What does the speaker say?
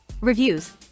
reviews